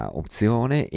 opzione